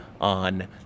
on